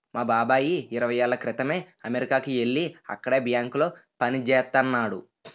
మా బాబాయి ఇరవై ఏళ్ళ క్రితమే అమెరికాకి యెల్లి అక్కడే బ్యాంకులో పనిజేత్తన్నాడు